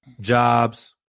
jobs